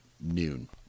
noon